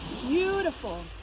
Beautiful